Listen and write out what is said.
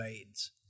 AIDS